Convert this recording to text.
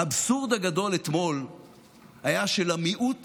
האבסורד הגדול אתמול היה שלמיעוט